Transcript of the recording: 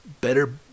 Better